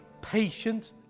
patient